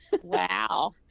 Wow